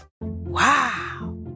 Wow